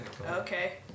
Okay